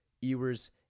Ewers